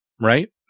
right